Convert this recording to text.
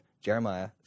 Jeremiah